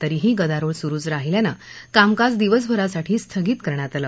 तरीही गदारोळ सुरुच राहिल्यानं कामकाज दिवसभरासाठी स्थगित करण्यात आलं